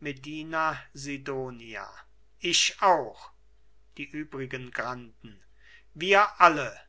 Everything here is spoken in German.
medina sidonia ich auch die übrigen granden wir alle